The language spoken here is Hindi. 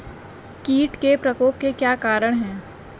कीट के प्रकोप के क्या कारण हैं?